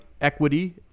equity